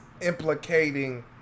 Implicating